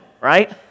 right